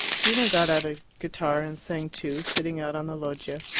gino got out a guitar and sang too, sitting out on the loggia.